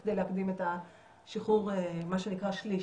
כדי להקדים את השחרור, מה שנקרא שליש.